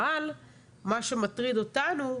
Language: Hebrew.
אבל מה שמטריד אותנו,